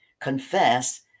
confess